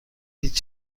هیچ